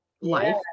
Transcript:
life